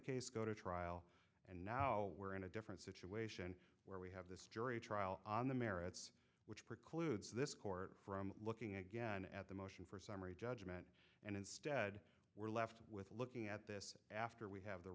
case go to trial and now we're in a different situation where we have this jury trial on the merits which precludes this court from looking again at the motion for summary judgment and instead we're left with looking at this after we have the